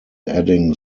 adding